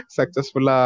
Successful